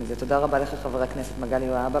תודה רבה לך, חבר הכנסת מגלי והבה.